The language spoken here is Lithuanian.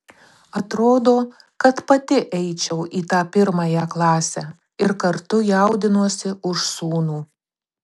atrodo kad pati eičiau į tą pirmąją klasę ir kartu jaudinuosi už sūnų